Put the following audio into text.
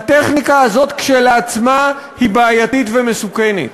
הטכניקה הזאת כשלעצמה היא בעייתית ומסוכנת.